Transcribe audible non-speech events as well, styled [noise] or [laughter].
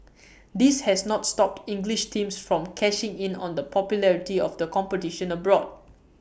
[noise] this has not stopped English teams from cashing in on the popularity of the competition abroad